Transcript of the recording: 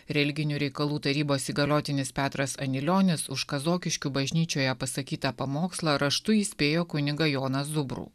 religinių reikalų tarybos įgaliotinis petras anilionis už kazokiškių bažnyčioje pasakytą pamokslą raštu įspėjo kunigą joną zubrų